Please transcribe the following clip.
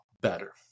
better